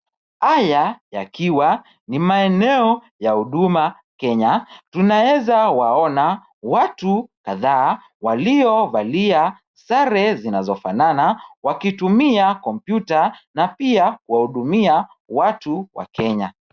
Haya yakiwa, nimaeneo ya huduma: Kenya. Tunaweza waona watu kadhaa waliovalia sare zinazofanana wakitumia Computer na pia wahudumia watu wa Kenya.